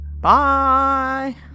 Bye